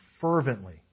fervently